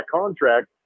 contract